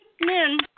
men